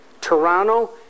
Toronto